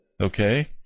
Okay